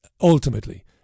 Ultimately